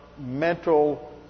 mental